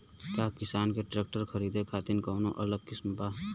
का किसान के ट्रैक्टर खरीदे खातिर कौनो अलग स्किम बा?